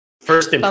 first